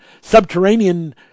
subterranean